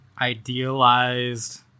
idealized